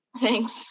thanks